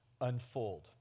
unfold